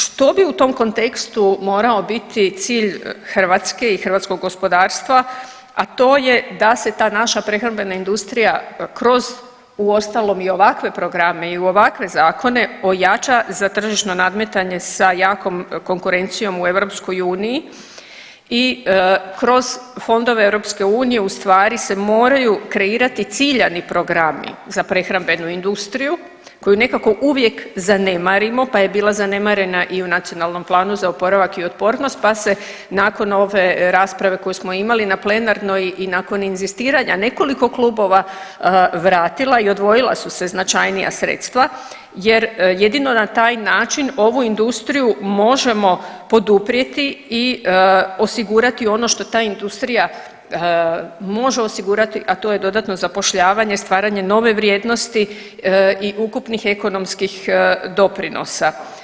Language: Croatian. Što bi u tom kontekstu morao biti cilj Hrvatske i hrvatskog gospodarstva, a to je da se ta naša prehrambena industrija kroz uostalom i ovakve programe i u ovakve zakone ojača za tržišno nadmetanje sa jakom konkurencijom u EU i kroz fondove EU se ustvari moraju kreirati ciljani programi za prehrambenu industriju koju nekako uvijek zanemarimo, pa je bila zanemarena i u NPOO-u pa se nakon ove rasprave koju smo imali na plenarnoj i nakon inzistiranja nekoliko klubova vratila i odvojila su se značajnija sredstva jer jedino na taj način ovu industriju možemo poduprijeti i osigurati ono što ta industrija može osigurati, a to je dodatno zapošljavanje, stvaranje nove vrijednosti i ukupnih ekonomskih doprinosa.